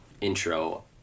intro